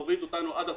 להוריד אותנו עד הסוף.